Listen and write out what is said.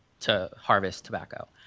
to harvest tobacco.